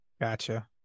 Gotcha